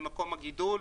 במקום הגידול.